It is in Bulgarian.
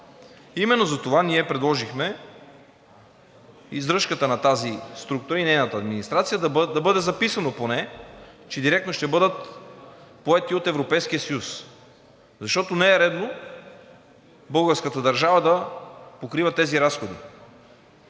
Именно затова ние предложихме издръжката на тази структура и нейната администрация да бъде записано поне, че директно ще бъдат поети от Европейския съюз, защото не е редно българската държава да покрива тези разходи.